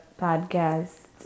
podcast